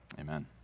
amen